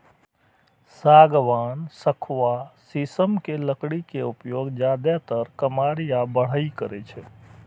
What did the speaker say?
सागवान, सखुआ, शीशम के लकड़ी के उपयोग जादेतर कमार या बढ़इ करै छै